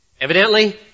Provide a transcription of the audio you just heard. Evidently